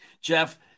Jeff